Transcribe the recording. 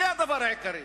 זה הדבר העיקרי.